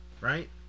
right